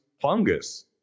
Fungus